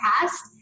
past